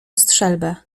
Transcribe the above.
strzelbę